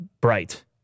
bright